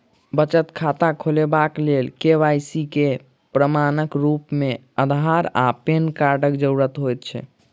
बचत खाता खोलेबाक लेल के.वाई.सी केँ प्रमाणक रूप मेँ अधार आ पैन कार्डक जरूरत होइ छै